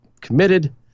committed